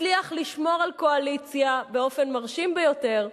הצליח לשמור על קואליציה באופן מרשים ביותר,